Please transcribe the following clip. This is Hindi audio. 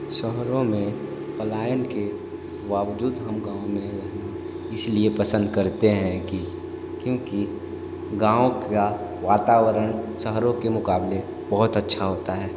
शहरों में पलायन के बावजूद हम गाँव में रहना इसलिए पसंद करते हैं कि क्योंकि गाँव का वातावरण शहरों के मुकाबले बहुत अच्छा होता है